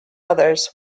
others